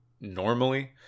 normally